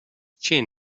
chin